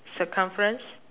circumference